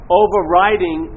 overriding